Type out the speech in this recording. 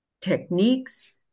techniques